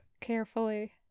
carefully